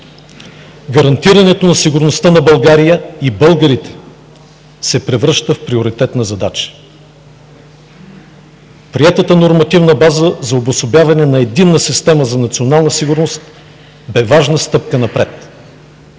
Гарантирането на сигурността на България и българите се превръща в приоритетна задача. Приетата нормативна база за обособяване на единна система за национална сигурност бе важна стъпка напред.